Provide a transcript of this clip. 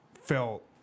felt